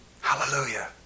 Hallelujah